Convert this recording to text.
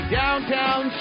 downtown